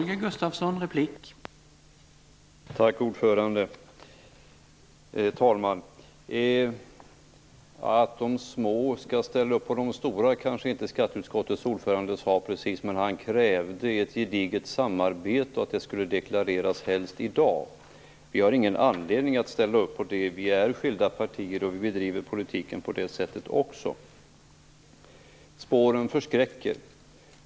Herr talman! Att de små skall ställa upp på de stora sade kanske inte skatteutskottets ordförande, men han krävde ett gediget samarbete och att det helst skulle deklareras i dag. Vi har ingen anledning att ställa upp på något sådant. Vi är skilda partier och vi bedriver också politiken på det sättet. Lars Hedfors säger att spåren förskräcker.